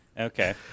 Okay